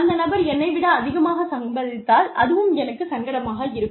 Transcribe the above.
அந்த நபர் என்னை விட அதிகமாக சம்பாதித்தால் அதுவும் எனக்குச் சங்கடமாக இருக்கும்